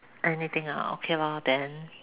anything ah okay lor then